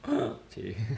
!chey!